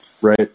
right